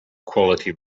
quality